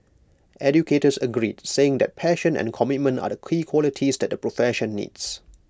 educators agreed saying that passion and commitment are the key qualities that the profession needs